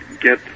get